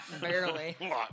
Barely